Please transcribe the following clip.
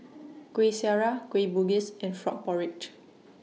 Kuih Syara Kueh Bugis and Frog Porridge